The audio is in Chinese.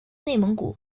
内蒙古